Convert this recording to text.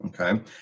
Okay